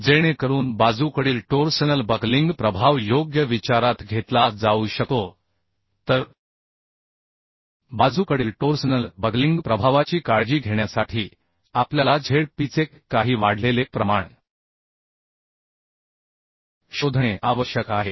जेणेकरून बाजूकडील torsional buckling प्रभाव योग्य विचारात घेतला जाऊ शकतो तर बाजूकडील टोर्सनल बकलिंग प्रभावाची काळजी घेण्यासाठी आपल्याला zpचे काही वाढलेले प्रमाण शोधणे आवश्यक आहे